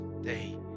day